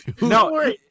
No